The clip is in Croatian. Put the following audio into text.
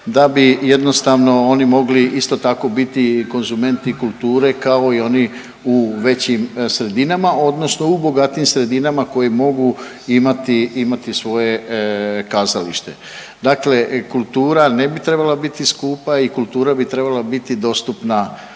da bi jednostavno oni mogli isto tako biti konzumenti kulture kao i oni u većim sredinama odnosno u bogatijim sredinama koje mogu imati, imati svoje kazalište. Dakle, kultura ne bi trebala biti skupa i kultura bi trebala biti dostupna